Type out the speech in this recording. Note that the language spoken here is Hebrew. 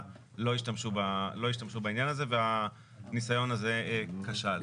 ולא השתמשו בעניין הזה והניסיון הזה כשל.